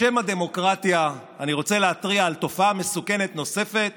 בשם הדמוקרטיה אני רוצה להתריע על תופעה מסוכנת נוספת